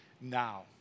now